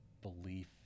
belief